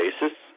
basis